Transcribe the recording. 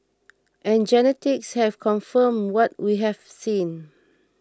and genetics has confirmed what we have seen